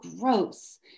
gross